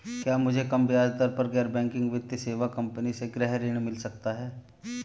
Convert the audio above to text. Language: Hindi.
क्या मुझे कम ब्याज दर पर गैर बैंकिंग वित्तीय सेवा कंपनी से गृह ऋण मिल सकता है?